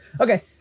okay